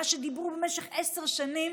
מה שדיברו במשך עשר שנים